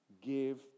give